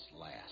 last